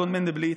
אדון מנדלבליט,